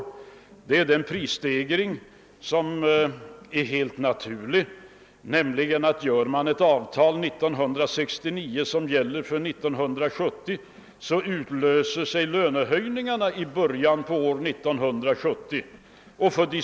Slutligen har vi i början av 1970 fått lönehöjningar enligt avtal som träffades 1969 men som gäller även för 1970.